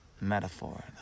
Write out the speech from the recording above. metaphor